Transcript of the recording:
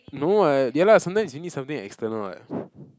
no what ya lah sometimes you need something external what